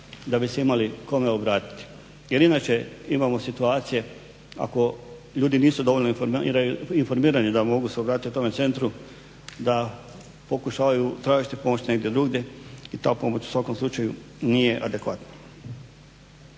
da bi se imali kome obratiti. Jer inače imamo situacije, ako ljudi nisu dovoljno informirani da mogu se obratiti tome centru, da pokušavaju tražiti pomoć negdje drugdje i ta pomoć u svakom slučaju nije adekvatna.